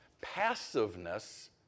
passiveness